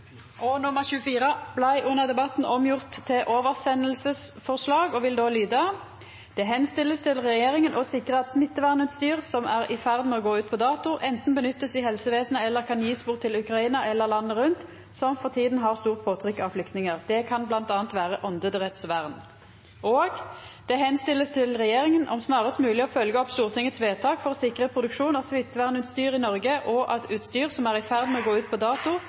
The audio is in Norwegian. blei under debatten omgjorde til oversendingsforslag. Forslag nr. 23 vil då lyda: «Det henstilles til regjeringen å sikre at smittevernutstyr, som er i ferd med å gå ut på dato, enten benyttes i helsevesenet eller kan gis bort til Ukraina eller landene rundt, som for tiden har stort påtrykk av flyktninger. Det kan blant annet være åndedrettsvern.» Forslag nr. 24 vil då lyda: «Det henstilles til regjeringen om snarest mulig å følge opp Stortingets vedtak for å sikre produksjon av smittevernutstyr i Norge, og at utstyr som er i ferd med å gå ut på dato